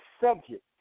subject